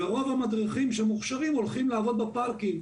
ורוב המדריכים שמוכשרים הולכים לעבוד בפארקים,